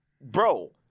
bro